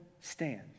stand